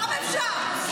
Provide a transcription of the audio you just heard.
כמה אפשר?